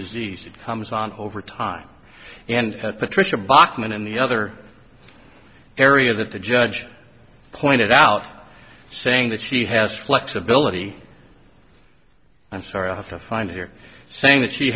disease that comes on over time and patricia bachmann and the other area that the judge pointed out saying that she has flexibility i'm sorry i have to find here saying that she